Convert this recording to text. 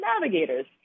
Navigators